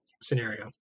scenario